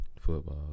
football